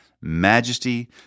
majesty